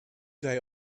day